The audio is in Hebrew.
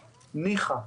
ניחא,